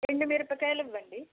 ఎండు మిరపకాయలు ఇవ్వండి